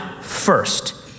first